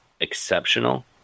exceptional